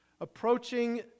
approaching